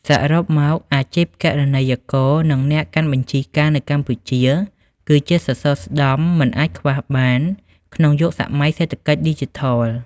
សរុបមក អាជីពគណនេយ្យករ និងអ្នកកាន់បញ្ជីការនៅកម្ពុជា គឺជាសសរស្តម្ភមិនអាចខ្វះបានក្នុងយុគសម័យសេដ្ឋកិច្ចឌីជីថល។